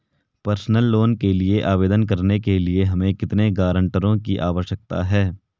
Personal loan के लिए आवेदन करने के लिए हमें कितने गारंटरों की आवश्यकता है?